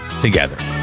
together